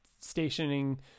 stationing